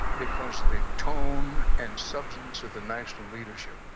because of the tone and substance of the national leadership.